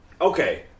okay